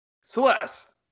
celeste